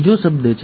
બરાબર